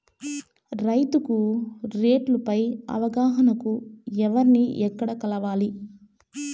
రైతుకు రేట్లు పై అవగాహనకు ఎవర్ని ఎక్కడ కలవాలి?